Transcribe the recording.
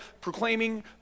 proclaiming